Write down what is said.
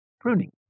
pruning